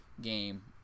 game